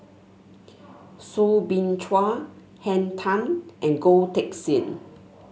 Soo Bin Chua Henn Tan and Goh Teck Sian